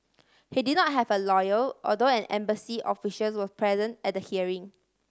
he did not have a lawyer although an embassy officials was present at hearing